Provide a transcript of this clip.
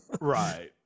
Right